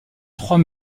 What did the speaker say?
trois